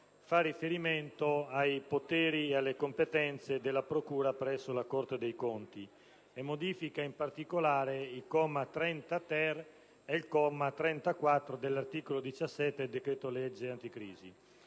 fa riferimento ai poteri e alle competenze della procura presso la Corte dei conti e modifica in particolare i commi 30-*ter* e 34 dell'articolo 17 del cosiddetto decreto-legge anticrisi.